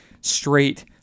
straight